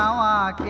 um la